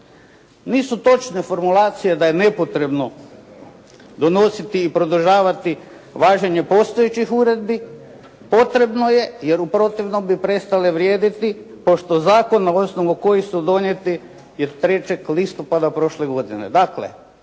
Nisu točne formulacije da je nepotrebno donositi i podržavati važenje postojećih uredbi. Potrebno je jer u protivnom bi prestale vrijediti pošto zakon na osnovu kojih su donijeti je 3. listopada prošle godine. Dakle,